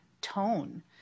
tone